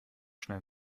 schnell